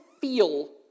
feel